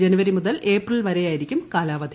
ജനുവരി മുതൽ ഏപ്രിൽ വരെയായിരിക്കും കാലാവധി